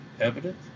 evidence